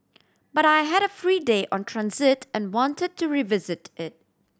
but I had a free day on transit and wanted to revisit it